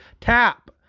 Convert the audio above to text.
tap